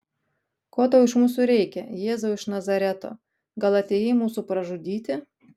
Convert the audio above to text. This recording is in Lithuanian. ko tau iš mūsų reikia jėzau iš nazareto gal atėjai mūsų pražudyti